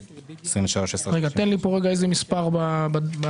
זאת תוכנית מספר 4 בפנייה.